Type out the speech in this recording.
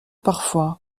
parfois